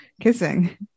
Kissing